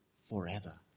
forever